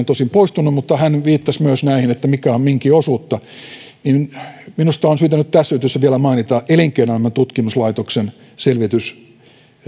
tosin poistunut viittasi myös näihin että mikä on minkäkin osuutta niin minusta on syytä nyt tässä yhteydessä vielä mainita elinkeinoelämän tutkimuslaitoksen selvitys